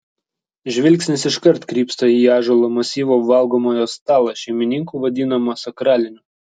žvilgsnis iškart krypsta į ąžuolo masyvo valgomojo stalą šeimininkų vadinamą sakraliniu